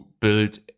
build